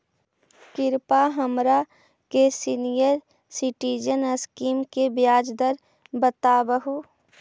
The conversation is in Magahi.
कृपा हमरा के सीनियर सिटीजन स्कीम के ब्याज दर बतावहुं